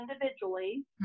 individually